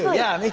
yeah, me too!